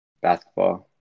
basketball